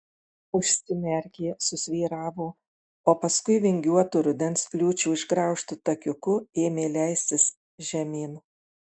užsimerkė susvyravo o paskui vingiuotu rudens liūčių išgraužtu takiuku ėmė leistis žemyn